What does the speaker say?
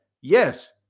yes